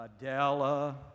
Adela